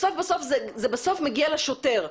זה בסוף מגיע לשוטר,